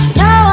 no